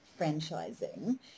franchising